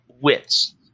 wits